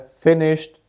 finished